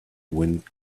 wind